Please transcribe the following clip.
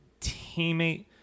teammate